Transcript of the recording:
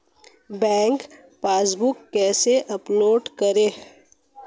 Bank passbook कैसे update करें?